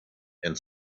and